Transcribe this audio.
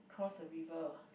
cross the river